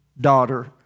daughter